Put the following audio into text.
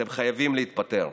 אתם חייבים להתפטר,